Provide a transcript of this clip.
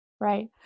Right